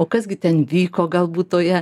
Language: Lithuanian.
o kas gi ten vyko galbūt toje